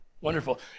wonderful